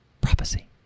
prophecy